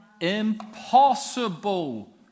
Impossible